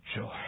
joy